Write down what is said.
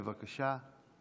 בבקשה.